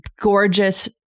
gorgeous